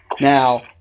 Now